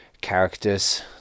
characters